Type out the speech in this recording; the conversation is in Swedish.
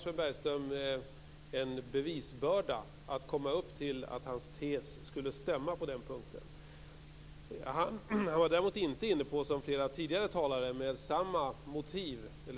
Sven Bergström har bevisbördan för att hans tes stämmer på den punkten. Han var däremot inte, som flera tidigare talare med